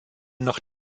noch